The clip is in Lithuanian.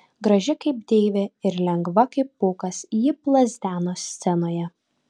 graži kaip deivė ir lengva kaip pūkas ji plazdeno scenoje